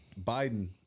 Biden